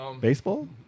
Baseball